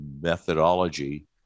methodology